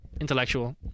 Intellectual